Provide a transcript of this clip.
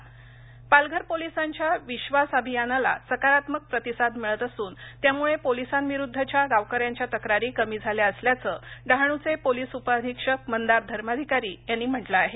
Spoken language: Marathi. पालघर पालघर पोलीसांच्या विश्वास अभियानाला सकारात्मक प्रतिसाद मिळत असून त्यामुळे पोलीसांविरुद्धच्या गावकऱ्यांच्या तक्रारी कमी झाल्या असल्याचं डहाणूचे पोलीस उपअधिक्षक मंदार धर्माधिकारी यांनी म्हटलं आहे